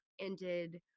ended